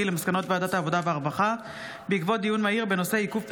על מסקנות ועדת העבודה והרווחה בעקבות דיון מהיר בהצעתם